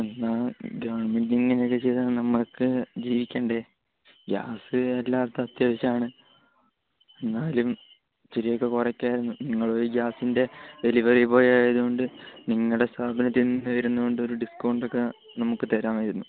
എന്നാൽ ഗവൺമെൻറ്റ് ഇങ്ങനെയൊക്കെ ചെയ്താൽ നമ്മൾക്ക് ജീവിക്കണ്ടേ ഗ്യാസ് എല്ലാവർക്കും അത്യാവശ്യമാണ് എന്നാലും ഇത്തിരിയൊക്കെ കുറക്കാമായിരുന്നു നിങ്ങൾ ഈ ഗ്യാസിൻ്റെ ഡെലിവറി ബോയ് ആയത് കൊണ്ട് നിങ്ങളുടെ സ്ഥാപനത്തിന്ന് വരുന്നത് കൊണ്ടൊരു ഡിസ്ക്കൗണ്ടൊക്കെ നമുക്ക് തരാമായിരുന്നു